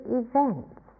events